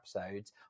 episodes